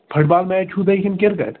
foot بال match چھُو تۄہہِ کِنہٕ کِرکَٹ